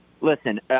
Listen